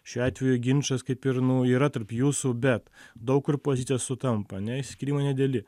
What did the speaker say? šiuo atveju ginčas kaip ir nu yra tarp jūsų bet daug kur pozicijos sutampa ane išsiskyrimai nedideli